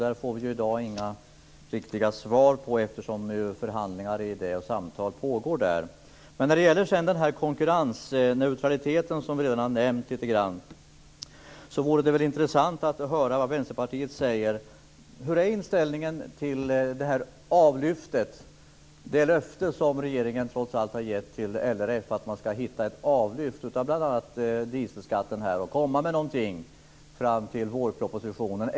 Där får vi i dag inga riktiga svar eftersom förhandlingar och samtal pågår. Vi har redan nämnt konkurrensneutraliteten. Det vore intressant att höra vad Vänsterpartiet säger. Hur är inställningen till avlyftet, det löfte som regeringen trots allt har gett till LRF att hitta ett avlyft av bl.a. dieselskatten och komma fram med något till vårpropositionen?